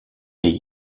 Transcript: des